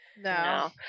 No